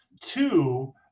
two